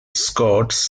scots